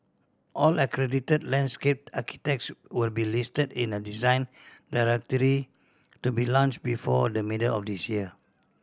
all accredited landscape architects will be listed in a Design Directory to be launched before the middle of this year